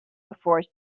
before